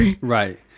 Right